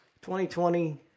2020